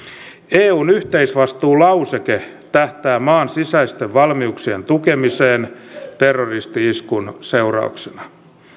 eun yhteisvastuulauseke tähtää maan sisäisten valmiuksien tukemiseen terroristi iskun seurauksena